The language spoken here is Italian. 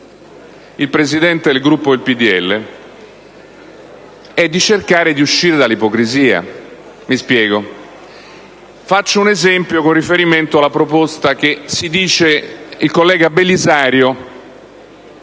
del Presidente del Gruppo del PdL: cercare di uscire dall'ipocrisia. Faccio un esempio con riferimento alla proposta che il collega Belisario